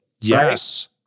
Yes